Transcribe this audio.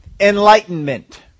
enlightenment